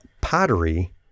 Pottery